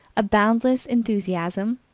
a boundless enthusiasm,